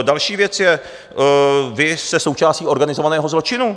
Další věc je, vy jste součástí organizovaného zločinu.